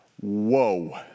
whoa